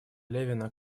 левина